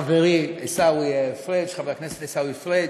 חברי עיסאווי פריג' חבר הכנסת עיסאווי פריג',